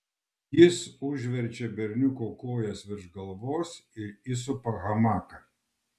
jis užverčia berniuko kojas virš galvos ir įsupa hamaką